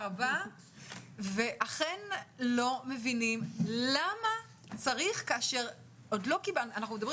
ואכן לא מבינים למה צריך כאשר אנחנו מדברים